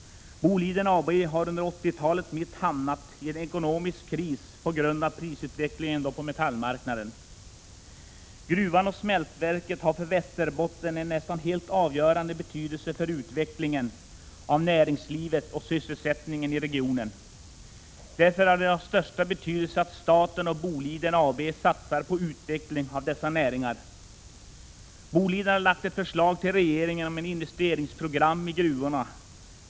Boliden AB har under 80-talets mitt hamnat i en ekonomisk kris på grund av prisutvecklingen på metallmarknaden. Gruvan och smältverket har en nästan helt avgörande betydelse för utvecklingen av näringslivet och sysselsättningen i Västerbottensregionen. Det är därför av största betydelse att staten och Boliden AB satsar på utveckling av dessa näringar. Boliden AB har lagt fram ett förslag till regeringen om ett investeringsprogram för gruvorna.